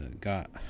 got